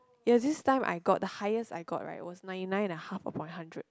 ya this time I got the highest I got right was ninety nine and half upon hundred